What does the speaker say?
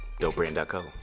dopebrand.co